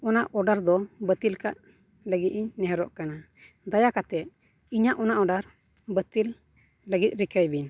ᱚᱱᱟ ᱚᱰᱟᱨ ᱫᱚ ᱵᱟᱹᱛᱤᱞ ᱠᱟᱜ ᱞᱟᱹᱜᱤᱫ ᱤᱧ ᱱᱮᱦᱚᱨᱚᱜ ᱠᱟᱱᱟ ᱫᱟᱭᱟ ᱠᱟᱛᱮᱫ ᱤᱧᱟᱹᱜ ᱚᱱᱟ ᱚᱰᱟᱨ ᱵᱟᱹᱛᱤᱞ ᱞᱟᱹᱜᱤᱫ ᱨᱤᱠᱟᱹᱭ ᱵᱤᱱ